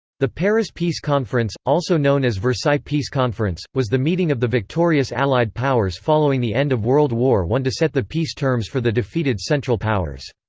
the paris peace conference, also known as versailles peace conference, was the meeting of the victorious allied powers following the end of world war i to set the peace terms for the defeated central powers.